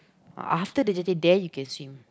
after the jetty there you can swim